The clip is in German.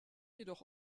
jedoch